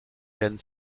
werden